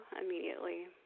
immediately